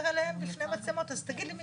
עליהם בפני מצלמות אז תגיד לי מייד,